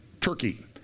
Turkey